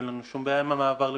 אין לנו שום בעיה עם המעבר לירושלים.